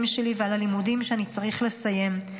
שלי ועל הלימודים שאני צריך לסיים.